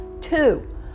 two